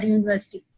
University